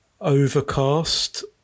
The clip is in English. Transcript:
Overcast